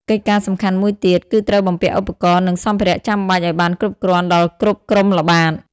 កិច្ចការសំខាន់មួយទៀតគឺត្រូវបំពាក់ឧបករណ៍ និងសម្ភារៈចាំបាច់ឲ្យបានគ្រប់គ្រាន់ដល់គ្រប់ក្រុមល្បាត។